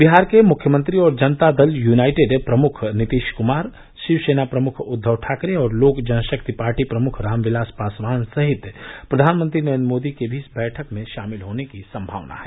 बिहार के मुख्य मंत्री और जनता दल यूनाइडेट प्रमुख नीतीश कुमार शिवसेना प्रमुख उद्दव ठाकरे और लोक जनशक्ति पार्टी प्रमुख रामविलास पासवान सहित प्रधानमंत्री नरेंद्र मोदी के भी इस बैठक में शामिल होने की संभावना है